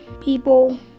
people